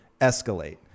escalate